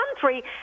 country